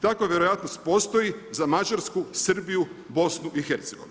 Takva vjerojatnost postoji za Mađarsku, Srbiju, BiH“